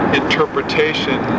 interpretation